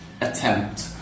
attempt